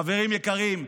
חברים יקרים,